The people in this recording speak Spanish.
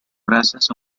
gracias